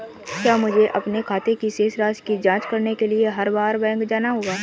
क्या मुझे अपने खाते की शेष राशि की जांच करने के लिए हर बार बैंक जाना होगा?